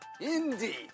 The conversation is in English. Indeed